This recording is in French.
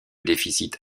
déficit